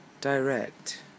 direct